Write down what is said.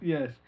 Yes